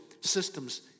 systems